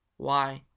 why,